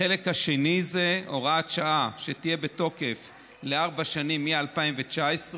החלק השני זה הוראת שעה שתהיה בתוקף לארבע שנים מ-2019.